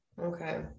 Okay